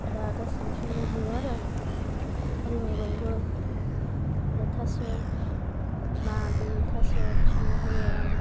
दा गासिबो संनो हायो आरो खारि मेगंबो आर थास' नादि थास' संनो हायो आं